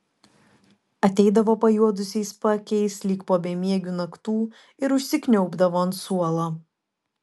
ateidavo pajuodusiais paakiais lyg po bemiegių naktų ir užsikniaubdavo ant suolo